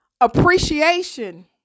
appreciation